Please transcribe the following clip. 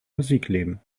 musikleben